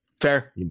Fair